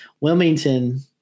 Wilmington